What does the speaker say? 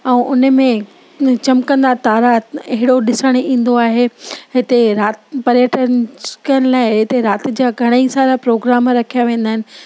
ऐं उन में चमकंदा तारा अहिड़ो ॾिसणु ईंदो आहे हिते राति पर्यटन शकन लाइ हिते राति जा घणे ई सारा प्रोग्राम रखिया वेंदा आहिनि